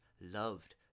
loved